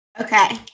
okay